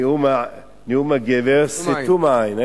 נאום הגבר שתום העין.